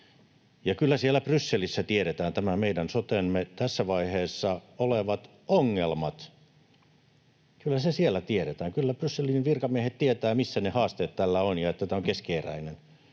Kyllä siellä Brysselissä tiedetään tämän meidän sotemme tässä vaiheessa olevat ongelmat. Kyllä se siellä tiedetään, kyllä Brysselin virkamiehet tietävät, missä ne haasteet tässä ovat ja että tämä on keskeneräinen.